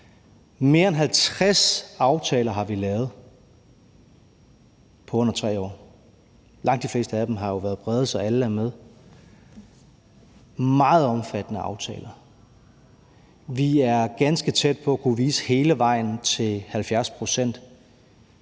Mere end 50 aftaler har vi lavet på under 3 år; langt de fleste af dem har jo været brede, så alle er med, og det er meget omfattende aftaler. Vi er ganske tæt på at kunne vise hele vejen til 70 pct.